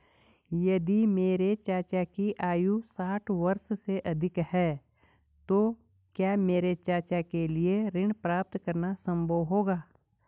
यदि मेरे चाचा की आयु साठ वर्ष से अधिक है तो क्या मेरे चाचा के लिए ऋण प्राप्त करना संभव होगा?